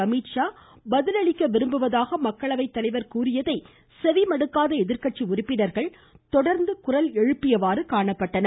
அமீத்ஷா பதில் அளிக்க விரும்புவதாக மக்களவைத்தலைவர் கூறியதை செவிமடுக்காத எதிர்கட்சி உறுப்பினர்கள் தொடர்ந்து குரல் எழுப்பியவாறு காணப்பட்டனர்